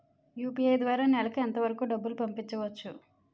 UPI ద్వారా నెలకు ఎంత వరకూ డబ్బులు పంపించవచ్చు?